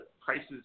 prices